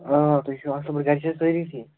آ تُہۍ چھُو اصٕل پٲٹھۍ گَرِ چھا سٲری ٹھیٖک